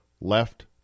left